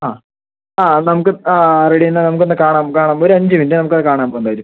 ആ ആ നമുക്ക് ആ റെഡി എന്നാ നമുക്കൊന്നു കാണാം കാണാം ഒരു അഞ്ചു മിനിട്ട് നമുക്കത് കാണാം ഇപ്പം എന്തായാലും